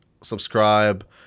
subscribe